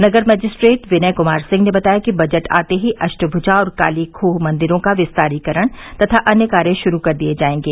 नगर magistrate Vinay Kumar Singh ने बताया कि बजट आते ही अष्टभुजा और काली खोह मंदिरों का विस्तारीकरण तथा अन्य कार्य शुरू कर दिए जायेंगे